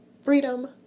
freedom